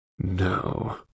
no